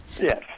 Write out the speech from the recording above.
Yes